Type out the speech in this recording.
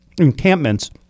encampments